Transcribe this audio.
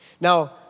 Now